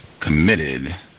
committed